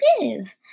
give